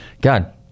God